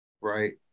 right